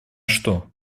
что